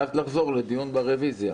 ואז לחזור לדיון ברביזיה.